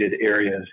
areas